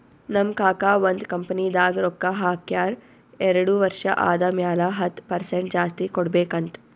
ನಮ್ ಕಾಕಾ ಒಂದ್ ಕಂಪನಿದಾಗ್ ರೊಕ್ಕಾ ಹಾಕ್ಯಾರ್ ಎರಡು ವರ್ಷ ಆದಮ್ಯಾಲ ಹತ್ತ್ ಪರ್ಸೆಂಟ್ ಜಾಸ್ತಿ ಕೊಡ್ಬೇಕ್ ಅಂತ್